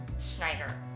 Schneider